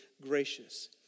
gracious